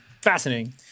Fascinating